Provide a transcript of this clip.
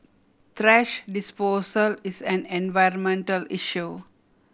thrash disposal is an environmental issue